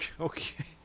Okay